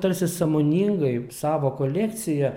tarsi sąmoningai savo kolekciją